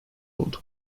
oldu